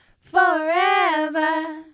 forever